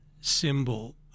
symbol